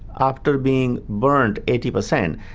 after being burned eighty percent.